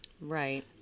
Right